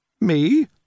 Me